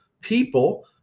people